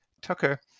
Tucker